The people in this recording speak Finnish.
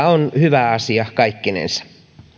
on hyvä asia kaikkinensa